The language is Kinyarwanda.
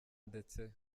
ndetse